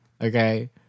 Okay